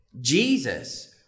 Jesus